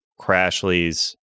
Crashly's